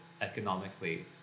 economically